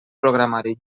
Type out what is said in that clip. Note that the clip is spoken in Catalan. programari